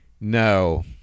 No